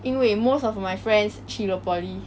因为 most of my friends 去了 poly